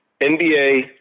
NBA